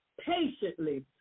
patiently